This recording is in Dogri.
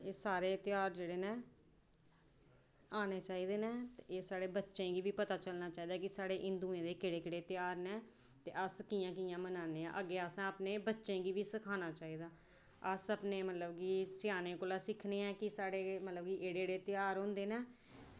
एह् सारे ध्यार जेह्ड़े न आने चाहिदे न एह् साढ़े बच्चें गी बी पता होना चाहिदा ऐ की एह् साढ़े हिंदुऐं दे केह्ड़े केह्ड़े ध्यार न ते अस कियां कियां मनाने आं अग्गें असें अपने बच्चें गी बी मनाना चाहिदा अस अपने स्यानें कोला सिक्खनेंं आं कि मतलब एह्ड़ेक एह्कड़े ध्यार होंदे न